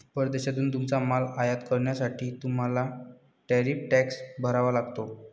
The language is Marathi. परदेशातून तुमचा माल आयात करण्यासाठी तुम्हाला टॅरिफ टॅक्स भरावा लागतो